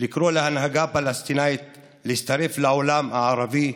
לקרוא להנהגה הפלסטינית להצטרף לעולם הערבי,